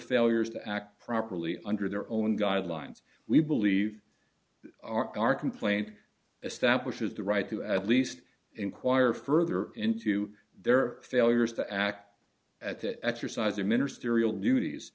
failures to act properly under their own guidelines we believe our complaint establishes the right to at least inquire further into their failures to act at the exercise of ministerial duties